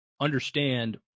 understand